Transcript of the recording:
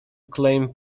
claim